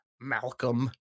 Malcolm